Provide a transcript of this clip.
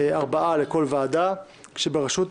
ארבעה לכל ועדה כשבראשות